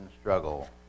struggle